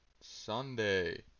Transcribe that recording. Sunday